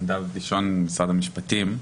נדב דישון, משרד המשפטים.